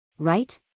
right